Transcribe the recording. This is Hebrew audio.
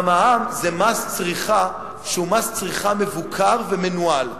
מע"מ זה מס צריכה שהוא מס צריכה מבוקר ומנוהל.